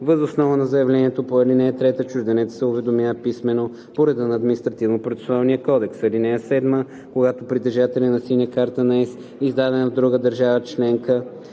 въз основа на заявлението по ал. 3 чужденецът се уведомява писмено по реда на Административнопроцесуалния кодекс. (7) Когато притежателят на „Синя карта на ЕС“, издадена в друга държава членка,